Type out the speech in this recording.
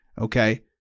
okay